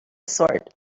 sort